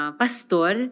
pastor